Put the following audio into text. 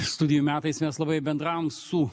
studijų metais mes labai bendravom su